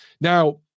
Now